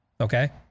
Okay